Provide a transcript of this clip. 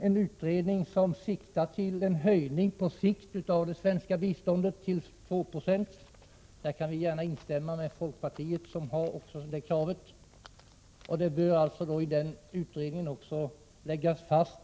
Utredningen bör syfta tillen höjning av det svenska biståndet till 2 90 på sikt. På den punkten kan vi gärna instämma med folkpartiet, som ställer samma krav. Utredningen bör vidare planera för och lägga fast